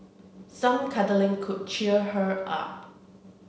some cuddling could cheer her up